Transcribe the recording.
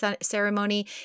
ceremony